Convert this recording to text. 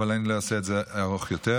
ואני לא אעשה את זה ארוך יותר.